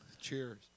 Cheers